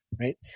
right